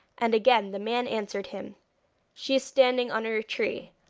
and again the man answered him she is standing under a tree,